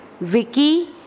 Vicky